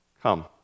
Come